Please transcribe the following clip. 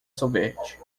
sorvete